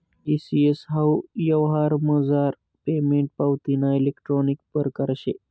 E CS हाऊ यवहारमझार payment पावतीना इलेक्ट्रानिक परकार शे